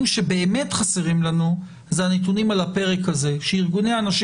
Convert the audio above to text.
שבאמת חסרים לנו הם הנתונים על הפרק הזה שארגוני הנשים